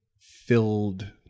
filled